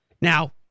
Now